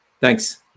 thanks